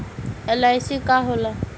LIC का होला?